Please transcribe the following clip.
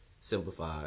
simplify